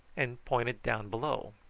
and pointed down below.